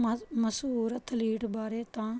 ਮਸ਼ ਮਸ਼ਹੂਰ ਅਥਲੀਟ ਬਾਰੇ ਤਾਂ